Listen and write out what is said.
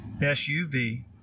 SUV